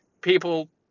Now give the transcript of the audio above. people